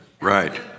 Right